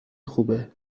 خوبه